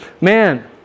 man